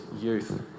youth